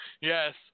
Yes